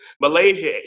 Malaysia